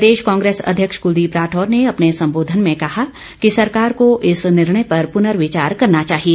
प्रदेश कांग्रेस अध्यक्ष कुलदीप राठौर ने अपने संबोधन में कहा कि सरकार को इस निर्णय पर पुर्नविचार करना चाहिए